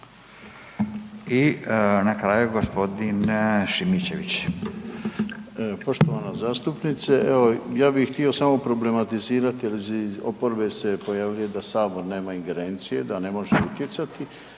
I na kraju gospodin Željko